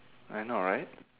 I know right